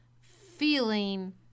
feeling